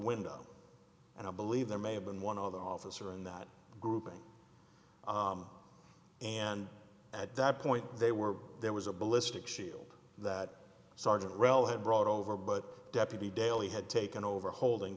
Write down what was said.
window and i believe there may have been one other officer in that grouping and at that point they were there was a ballistic shield that sergeant rail had brought over but deputy daley had taken over holding